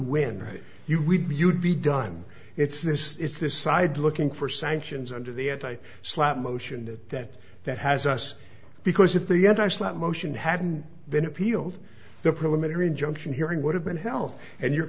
when you read you'd be done it's this it's this side looking for sanctions under the anti slapp motion that that has us because if the anti slot motion hadn't been appealed the preliminary injunction hearing would have been hell and your